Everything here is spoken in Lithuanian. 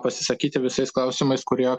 pasisakyti visais klausimais kurie